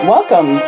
Welcome